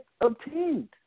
obtained